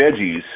veggies